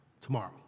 tomorrow